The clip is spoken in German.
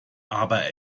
aber